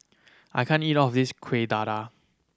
I can't eat all of this Kueh Dadar